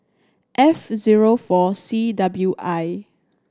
F zero four C W I